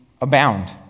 abound